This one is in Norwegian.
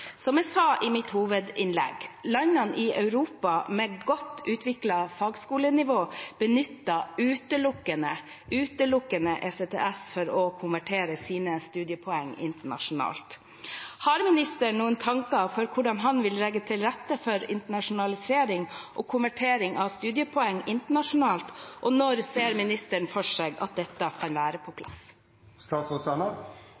Som jeg sa i mitt hovedinnlegg, benytter landene i Europa med godt utviklet fagskolenivå utelukkende ECTS for å konvertere sine studiepoeng internasjonalt. Har statsråden noen tanker om hvordan han vil legge til rette for internasjonalisering og konvertering av studiepoeng internasjonalt, og når ser ministeren for seg at dette kan være på